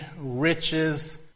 riches